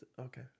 okay